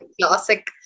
classic